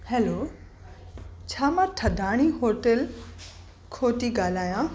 hello छा मां थदाणी होटल खां थी ॻाल्हांयां